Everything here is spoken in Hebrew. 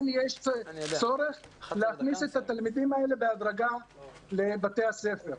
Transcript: יש צורך להכניס את התלמידים האלה בהדרגה לבתי הספר.